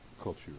culture